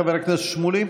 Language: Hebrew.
חבר הכנסת שמולי.